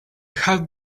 had